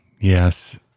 yes